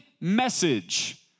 message